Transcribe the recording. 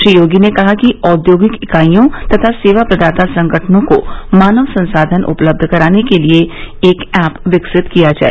श्री योगी ने कहा कि औद्योगिक इकाइयों तथा सेवा प्रदाता संगठनों को मानव संसाधन उपलब्ध कराने के लिए एक ऐप विकसित किया जाए